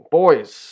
boys